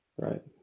Right